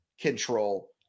control